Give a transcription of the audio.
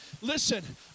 Listen